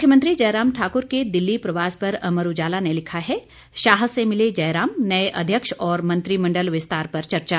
मुख्यमंत्री जयराम ठाकुर के दिल्ली प्रवास पर अमर उजाला ने लिखा है शाह से मिले जयराम नए अध्यक्ष और मंत्रिमंडल विस्तार पर चर्चा